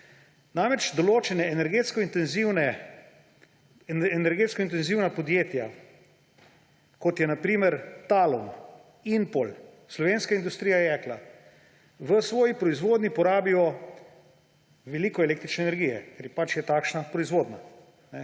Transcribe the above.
Določena energetsko intenzivna podjetja, kot so na primer Talum, Impol, Slovenska industrija jekla v svoji proizvodnji porabijo veliko električne energije, ker pač je taka proizvodnja.